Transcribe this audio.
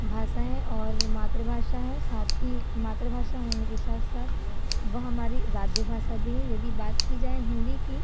भाषा है और मात्रभाषा है साथ ही मातृभाषा होने के साथ साथ वह हमारी राज्यभाषा भी है यदि बात की जाए हिंदी की